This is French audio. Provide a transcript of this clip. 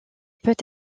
peut